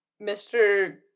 Mr